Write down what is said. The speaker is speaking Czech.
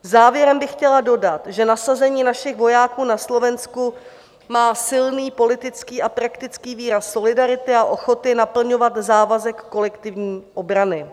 Závěrem bych chtěla dodat, že nasazení našich vojáků na Slovensku má silný politický a praktický výraz solidarity a ochoty naplňovat závazek kolektivní obrany.